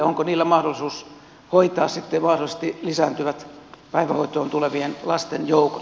onko niillä mahdollisuus hoitaa mahdollisesti lisääntyvät päivähoitoon tulevien lasten joukot